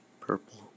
Purple